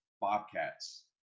bobcats